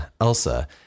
Elsa